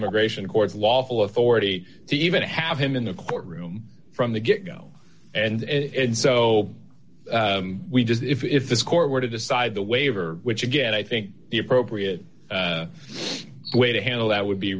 immigration courts lawful authority to even have him in the courtroom from the get go and so we just if this court were to decide the waiver which again i think the appropriate way to handle that would be